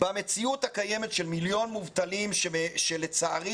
במציאות הקיימת של מיליון מובטלים שלצערי